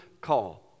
call